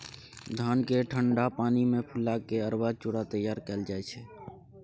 धान केँ ठंढा पानि मे फुला केँ अरबा चुड़ा तैयार कएल जाइ छै